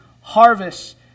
harvest